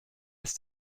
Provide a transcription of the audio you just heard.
ist